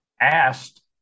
asked